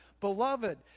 beloved